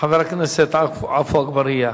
חבר הכנסת עפו אגבאריה.